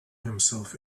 himself